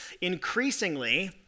increasingly